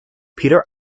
peter